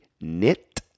knit